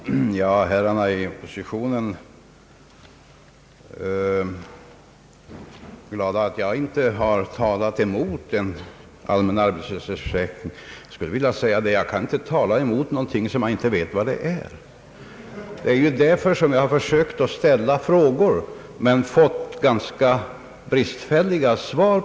Herr talman! Herrarna från oppositionen är glada över att jag inte haft något att erinra emot en allmän arbetslöshetsförsäkring. Jag vill då säga att jag inte kan tala emot något som jag inte vet vad det är. Jag har försökt att ställa frågor härom men har fått ganska bristfälliga svar.